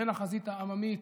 בן החזית העממית,